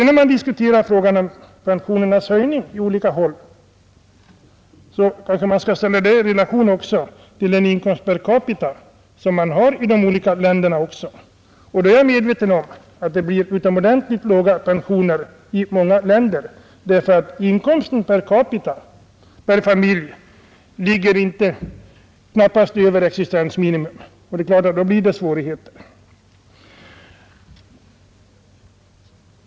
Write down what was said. När man diskuterar pensionernas höjd på olika håll bör man också ställa dem i relation till inkomsten per capita i de olika länderna. Jag är medveten om att det blir utomordentligt låga pensioner i många länder, eftersom inkomsten per familj knappast ligger över existensminimum. Det är klart att då blir det svårigheter.